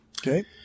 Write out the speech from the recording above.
okay